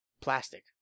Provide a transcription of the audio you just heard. plastic